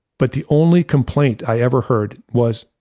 but the only complaint i ever heard was,